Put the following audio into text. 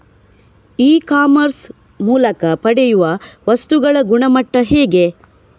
E commerce ಮೂಲಕ ಪಡೆಯುವ ವಸ್ತುಗಳ ಗುಣಮಟ್ಟ ಹೇಗೆ?